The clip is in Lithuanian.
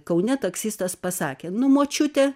kaune taksistas pasakė nu močiute